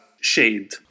shade